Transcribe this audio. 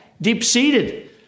deep-seated